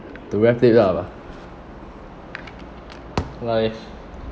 to wrap it up ah life